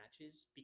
matches